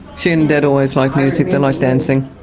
she and dad always liked music, they liked dancing.